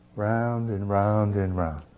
round and round and round